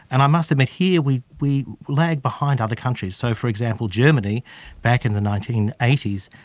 and i must admit here we we lag behind other countries. so, for example, germany back in the nineteen eighty s